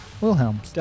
Wilhelm